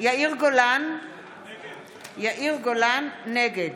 בעד יאיר גולן, נגד